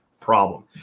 problem